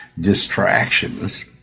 distractions